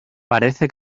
parece